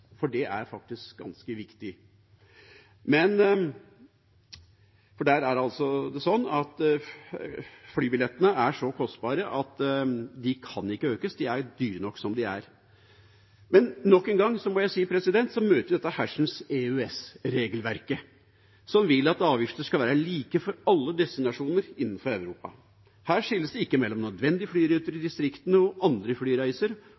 Det er faktisk ganske viktig, for der er det altså sånn at flybillettene er så kostbare at de ikke kan økes, de er dyre nok som de er. Men nok en gang, må jeg si, møter vi dette hersens EØS-regelverket som vil at avgifter skal være like for alle destinasjoner innenfor Europa. Her skilles det ikke mellom nødvendige flyruter i distriktene og andre flyreiser,